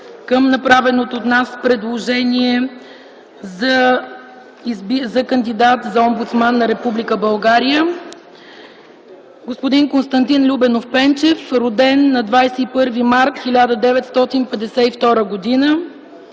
към направеното от нас предложение за кандидат за омбудсман на Република България. Господин Константин Любенов Пенчев е роден на 21 март 1952 г.